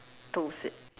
toast it